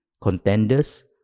contenders